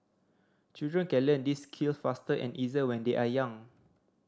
children can learn these skills faster and easier when they are young